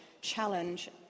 challenge